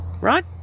right